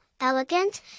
Elegant